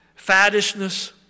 faddishness